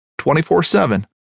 24-7